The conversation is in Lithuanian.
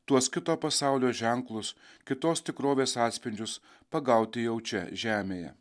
tuos kito pasaulio ženklus kitos tikrovės atspindžius pagauti jau čia žemėje